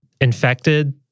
infected